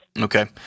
Okay